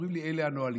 אומרים לי: אלה הנהלים.